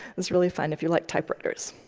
it's really fun if you like typewriters.